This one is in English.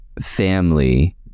family